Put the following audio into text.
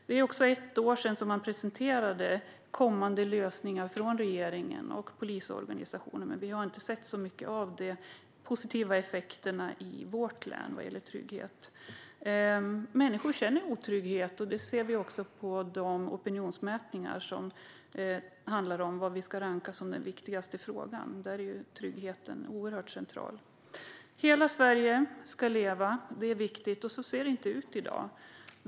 Det är ett år sedan som man presenterade kommande lösningar från regeringen och polisorganisationen. Men vi har inte sett så mycket av de positiva effekterna i vårt län när det gäller trygghet. Människor känner otrygghet. Det ser vi också på de opinionsmätningar som handlar om vad som ska rankas som den viktigaste frågan. Där är tryggheten oerhört central. Hela Sverige ska leva, det är viktigt. Men så ser det inte ut i dag.